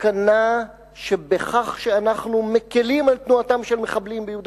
הסכנה שבכך שאנחנו מקלים על תנועתם של מחבלים ביהודה